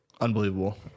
Unbelievable